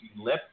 Lip